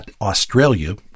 Australia